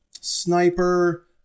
sniper